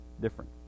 different